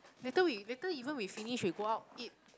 later we later even we finish we go out eat